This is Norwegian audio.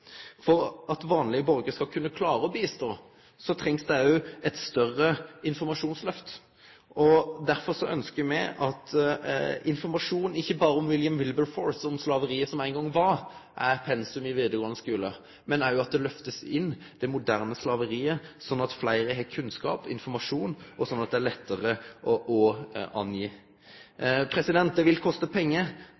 For at vanlege borgarar skal klare å hjelpe, trengst det òg eit større informasjonslyft. Derfor ønskjer me at informasjon om ikkje berre William Wilberforce og om slaveriet som ein gong var, blir pensum i den vidaregåande skolen, men at òg det moderne slaveriet blir lyfta inn i undervisninga, slik at fleire får kunnskap og informasjon, slik at det er lettare å angi.